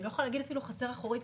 אני לא יכולה להגיד אפילו חצר אחורית,